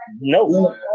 no